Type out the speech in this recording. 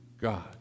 God